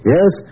Yes